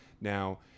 now